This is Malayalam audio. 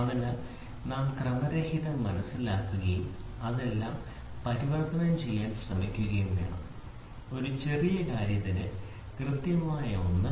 അതിനാൽ നാം ക്രമരഹിതം മനസിലാക്കുകയും ഇതെല്ലാം പരിവർത്തനം ചെയ്യാൻ ശ്രമിക്കുകയും വേണം ഒരു ചെറിയ കാര്യത്തിന് കൃത്യമായ ഒന്ന്